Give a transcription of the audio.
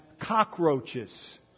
cockroaches